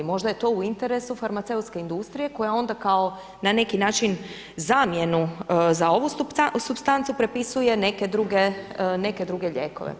Možda je to u interesu farmaceutske industrije koja onda kao na neki način zamjenu za ovu supstancu prepisuje neke druge lijekove.